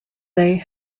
they